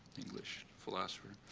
english philosopher,